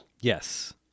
Yes